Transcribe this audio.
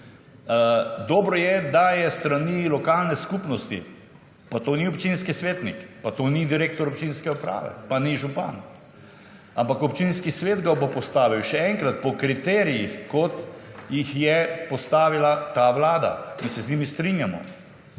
Dobro je, da je s strani lokalne skupnosti, pa to ni občinski svetnik, pa to ni direktor občinske uprave, pa ni župan. Ampak občinski svet ga bo postavil. Še enkrat, po kriterijih, kot jih je postavila ta Vlada, in se z njimi strinjamo.